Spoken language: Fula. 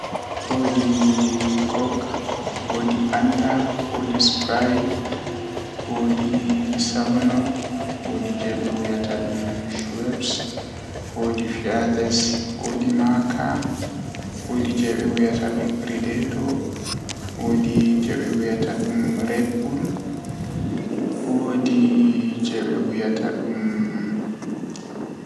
Woodi jiire, woodi kenkeso, woodi kurbanani, woodi buubi, woodi chufi, woodi mbonndi, woodi nyukuyaadere.